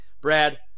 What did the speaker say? brad